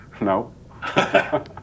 No